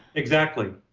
exactly.